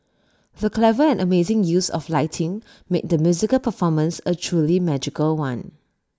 the clever and amazing use of lighting made the musical performance A truly magical one